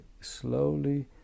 slowly